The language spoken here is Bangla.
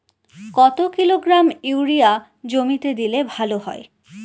কত কিলোগ্রাম ইউরিয়া জমিতে দিলে ভালো হয়?